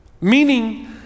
meaning